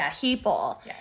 people